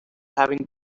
having